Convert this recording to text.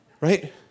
Right